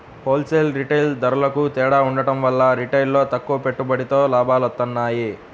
whole sale, retail ధరలకూ తేడా ఉండటం వల్ల రిటైల్లో తక్కువ పెట్టుబడితో లాభాలొత్తన్నాయి